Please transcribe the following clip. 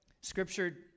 Scripture